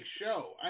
show